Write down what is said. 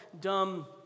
dumb